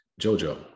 JoJo